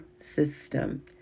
system